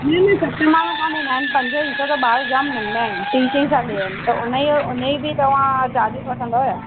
न न सत माण्हू कान आहिनि आहिनि पंज ई छो त ॿार जाम नंढा आहिनि टीं चईं साले जा आहिनि त उन ई उन ई तव्हां चार्जिस वठंदो छा